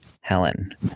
Helen